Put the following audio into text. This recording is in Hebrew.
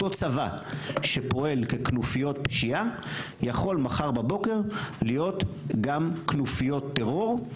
אותו צבא שפועל ככנופיות פשיעה יכול מחר בבוקר להיות גם כנופיות טרור,